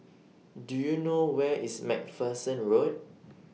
Do YOU know Where IS MacPherson Road